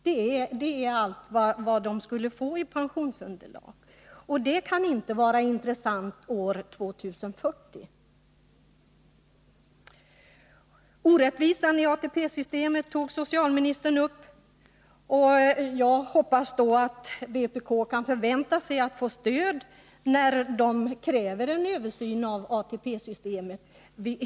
Det blir pensionsunderlaget för denne, och det kan inte vara intressant år 2040. Orättvisan i ATP-systemet tog socialministern upp. Jag hoppas då att vpk kan förvänta sig att få stöd när vi kräver en översyn av ATP-systemet.